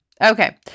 Okay